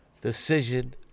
Decision